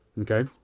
Okay